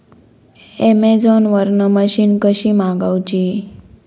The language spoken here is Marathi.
अमेझोन वरन मशीन कशी मागवची?